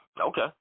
okay